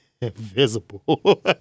invisible